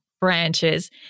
branches